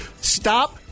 stop